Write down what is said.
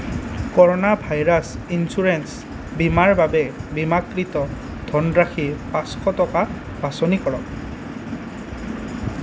corona virus insurance বীমাৰ বাবে বীমাকৃত ধনৰাশি পাঁচশ টকা বাছনি কৰক